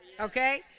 Okay